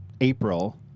April